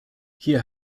hier